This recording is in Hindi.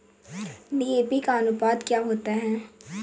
डी.ए.पी का अनुपात क्या होता है?